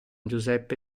giuseppe